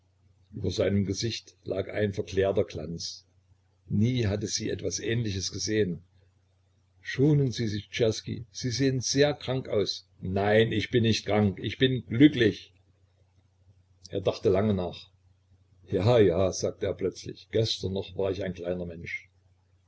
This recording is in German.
über seinem gesichte lag ein verklärter glanz nie hatte sie etwas ähnliches gesehen schonen sie sich czerski sie sehen sehr krank aus nein ich bin nicht krank ich bin glücklich er dachte lange nach ja ja sagte er plötzlich gestern noch war ich ein kleiner mensch